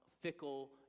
fickle